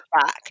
back